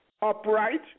upright